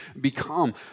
become